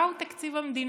מהו תקציב המדינה